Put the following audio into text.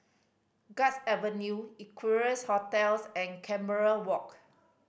Guards Avenue Equarius Hotels and Canberra Walk